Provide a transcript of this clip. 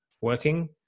working